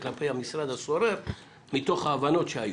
כלפי המשרד הסורר מתוך ההבנות שהיו?